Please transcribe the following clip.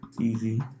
Easy